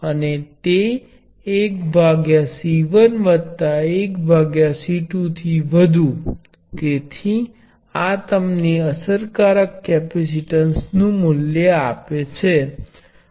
આ તે સ્વરૂપ છે જે સંભવત બધાને પરિચિત છે પરંતુ ઘણી વખત અવરોધ કરતા વિશ્લેષણમાં આ વાહકતા નો ઉપયોગ કરવો વધુ સરળ છે